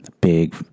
big